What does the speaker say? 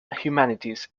humanities